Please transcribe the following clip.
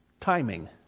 timing